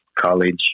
college